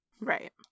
Right